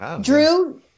Drew